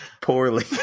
Poorly